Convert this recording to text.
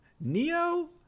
Neo